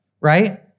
right